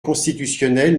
constitutionnel